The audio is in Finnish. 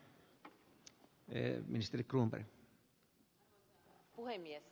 arvoisa puhemies